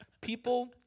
people